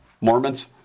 Mormons